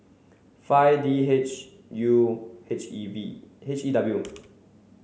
five D H U H E V H E W